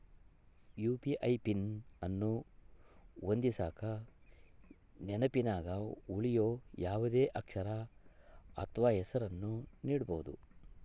UPI PIN ಅನ್ನು ಹೊಂದಿಸಕ ನೆನಪಿನಗ ಉಳಿಯೋ ಯಾವುದೇ ಅಕ್ಷರ ಅಥ್ವ ಹೆಸರನ್ನ ನೀಡಬೋದು